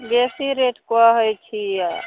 बेसी रेट कहै छिए